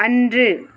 அன்று